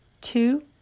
two